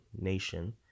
nation